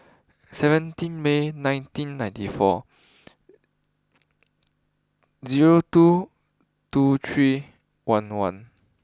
seventeen May nineteen ninety four zero two two three one one